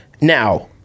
Now